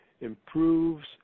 improves